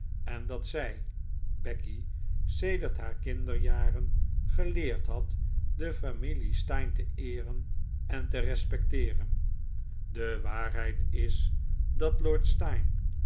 en dat zij becky sedert haar kinderjaren geleerd had de familie steyne te eeren en respecteeren de waarheid is dat lord steyne